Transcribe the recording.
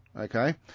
okay